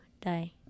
die